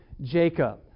Jacob